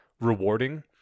rewarding